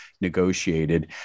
negotiated